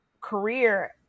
career